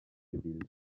gewählt